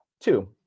two